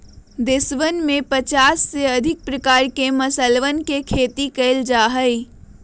देशवन में पचास से अधिक प्रकार के मसालवन के खेती कइल जा हई